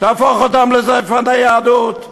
תהפוך אותם לזייפני יהדות.